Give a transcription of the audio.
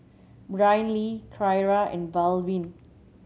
Brynlee Kyra and Baldwin